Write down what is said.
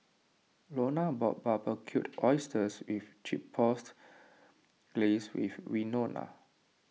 Launa bought Barbecued Oysters with Chipotle Glaze for Winona